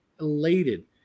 elated